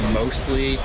mostly